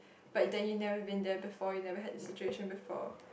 but then you never been there before you never had the situation before